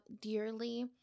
dearly